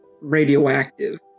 radioactive